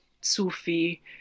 Sufi